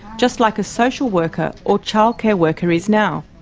just like a social worker or childcare worker is now.